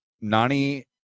nani